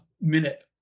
minute